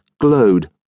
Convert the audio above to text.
glowed